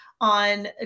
on